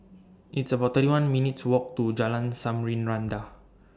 It's about thirty one minutes' Walk to Jalan Samarinda